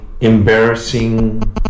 embarrassing